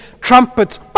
trumpets